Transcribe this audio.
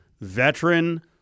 veteran